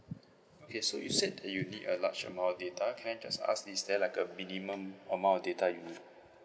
okay so you said you need a large amount of data can I just ask is there like a minimum amount of data you